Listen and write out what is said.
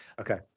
okay